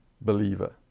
believer